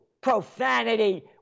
profanity